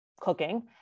cooking